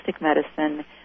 medicine